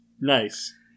Nice